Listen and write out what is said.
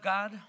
God